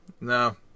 No